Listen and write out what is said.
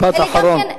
משפט אחרון.